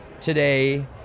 today